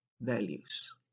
values